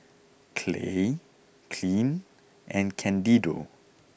Clay Kylene and Candido